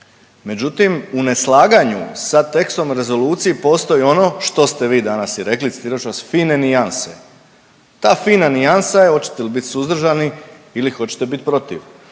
međutim u neslaganju sa tekstom rezolucije postoji ono što ste vi i danas rekli, citirat ću vas, fine nijanse. Ta fina nijansa je hoćete ili biti suzdržani ili hoćete biti protiv.